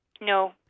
No